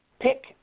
pick